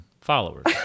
followers